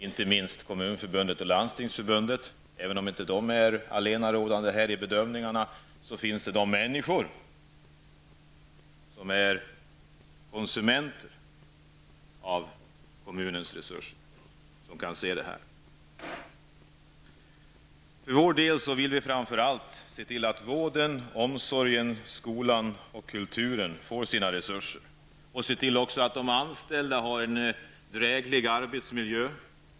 Inte minst gäller det Dessa är inte allenarådande när bedömningar skall göras. Vi har ju också konsumenterna av kommunernas resurser. Vi för vår del vill framför allt att vården, omsorgen och skolan skall få sina resurser. Vi vill också att de anställda skall ha en dräglig arbetsmiljö.